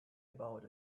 about